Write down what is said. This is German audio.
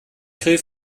grill